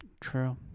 true